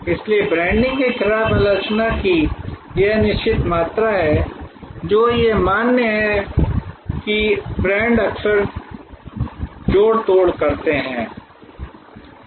इसलिए ब्रांडिंग के खिलाफ आलोचना की यह निश्चित मात्रा है जो यह मान्य है कि ब्रांड अक्सर जोड़ तोड़ करते हैं